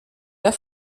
der